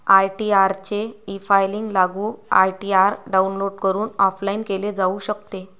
ITR चे e filing लागू ITR download करून ऑफलाइन केले जाऊ शकते